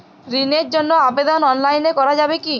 ঋণের জন্য আবেদন অনলাইনে করা যাবে কি?